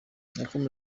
yakomeje